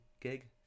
gig